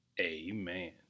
amen